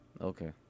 Okay